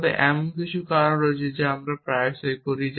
তবে এমন কিছু কারণ রয়েছে যা আমরা প্রায়শই করি